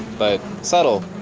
but subtle